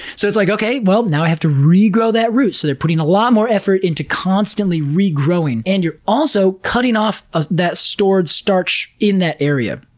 so it's like, okay, well, now i have to regrow that root. so they're putting a lot more effort into constantly re-growing. and you're also cutting off ah that stored starch in that area.